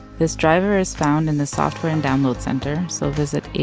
this driver is found in the software and download center, so visit